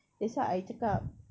that's why I cakap